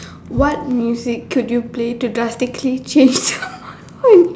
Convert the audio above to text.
what music could you play to drastically change what